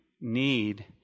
need